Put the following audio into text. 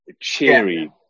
cheery